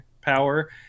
power